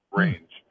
range